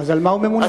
אז על מה הוא ממונה?